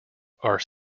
are